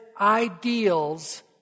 ideals